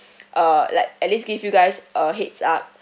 uh like at least give you guys a heads up